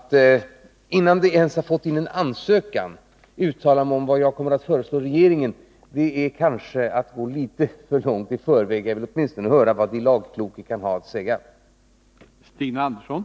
Att jag innan vi ens har fått in en ansökan skulle uttala mig om vad jag kommer att förslå regeringen, det Nr 85 vore kanske att gå litet för långt i förväg. Jag vill åtminstone höra vad de Måndagen den lagkloke kan ha att säga. 23 februari 1981